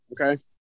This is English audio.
okay